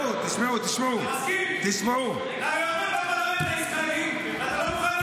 יש לך הזדמנות להגיד.